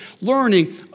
learning